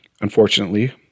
unfortunately